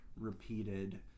repeated